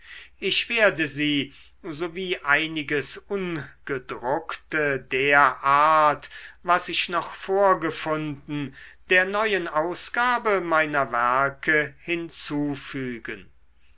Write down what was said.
ich werde sie sowie einiges ungedruckte der art was ich noch vorgefunden der neuen ausgabe meiner werke hinzufügen